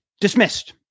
dismissed